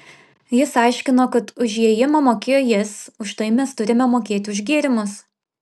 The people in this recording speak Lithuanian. jis aiškino kad už įėjimą mokėjo jis už tai mes turime mokėti už gėrimus